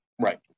Right